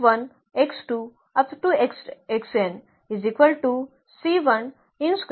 मग आपण काय करावे